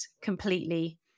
completely